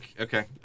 okay